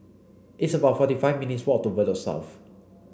it's about forty five minutes' walk to Bedok South